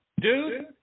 Dude